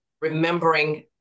remembering